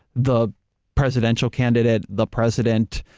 the presidential candidate, the president,